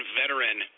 veteran